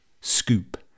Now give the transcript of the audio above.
scoop